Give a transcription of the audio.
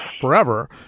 forever